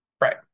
right